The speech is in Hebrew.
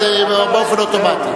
אז באופן אוטומטי,